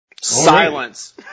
Silence